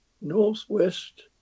Northwest